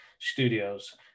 Studios